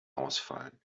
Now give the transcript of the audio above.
ausfallen